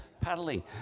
paddling